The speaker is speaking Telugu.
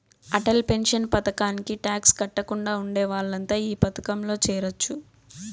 అటల్ పెన్షన్ పథకానికి టాక్స్ కట్టకుండా ఉండే వాళ్లంతా ఈ పథకంలో చేరొచ్చు